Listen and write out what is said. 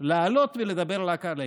לעלות ולדבר רק עליה,